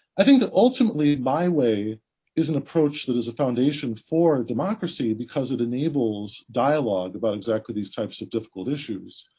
i think that, ultimately, my way is an approach that is a foundation for democracy because it enables dialogue about exactly these types of difficult issues.